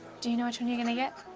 do you know which one you're gonna get?